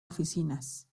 oficinas